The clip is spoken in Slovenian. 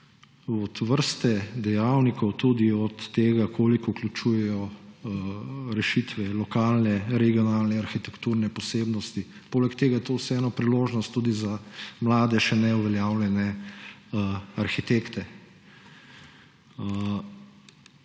od vrste dejavnikov, tudi od tega, koliko vključujejo rešitve lokalne, regionalne, arhitekturne posebnosti, poleg tega je to vseeno priložnost tudi za mlade, še ne uveljavljene arhitekte.